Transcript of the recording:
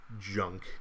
junk